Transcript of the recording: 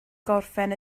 gorffen